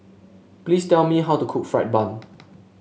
please tell me how to cook fried bun